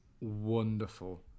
wonderful